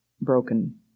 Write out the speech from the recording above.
broken